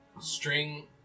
String